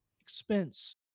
expense